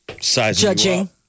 Judging